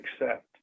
accept